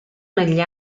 negli